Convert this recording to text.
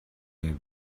near